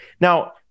Now